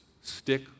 stick